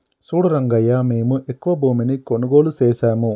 సూడు రంగయ్యా మేము ఎక్కువ భూమిని కొనుగోలు సేసాము